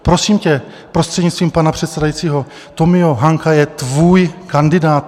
Prosím tě, prostřednictvím pana předsedajícího, Tomio, Hanka je tvůj kandidát.